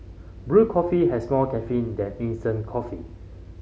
brewed coffee has more caffeine than instant coffee